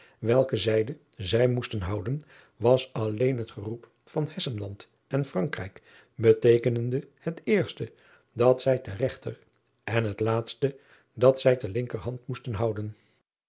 welke zijde zij moesten houden was alleen het geroep van essenland en rankrijk beteekenende het eerste dat zij ter regter en het laatste dat zij ter linkerhand moesten houden